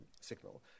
Signal